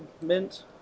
Mint